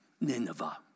nineveh